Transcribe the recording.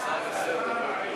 התשע"ה 2015,